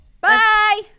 Bye